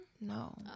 no